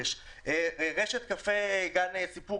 רשת קפה גן סיפור,